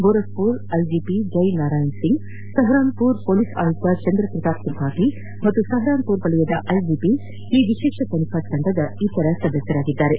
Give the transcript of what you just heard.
Gorakhpur IGP Jai Narayan Singh Saharanpur police ಆಯುಕ್ತ ಚಂದ್ರ ಪ್ರಕಾಶ್ ತ್ರಿಪಾಠಿ ಹಾಗೂ ಸಹರಾನ್ಪುರ್ ವಲಯದ ಐಜಿಪಿ ಈ ವಿಶೇಷ ತನಿಖಾ ತಂಡದ ಇತರ ಸದಸ್ಲರು